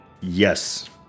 Yes